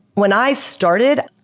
when i started,